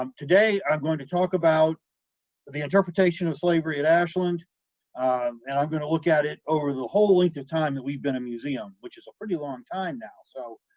um today, i'm going to talk about the interpretation of slavery at ashland and i'm going to look at it over the whole length of time that we've been a museum, which is a pretty long time now, so.